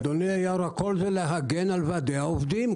אדוני היושב-ראש, הכול זה להגן על ועדי העובדים.